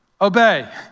Obey